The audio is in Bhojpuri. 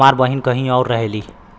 हमार बहिन कहीं और रहेली